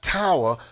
tower